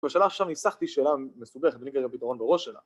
‫השאלה עכשיו ניסחתי, ‫שאלה מסובכת, ‫אני אגיע היום פתרון בראש שלה.